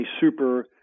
super